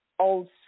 old